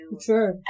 sure